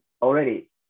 already